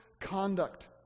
conduct